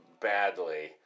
badly